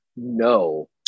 No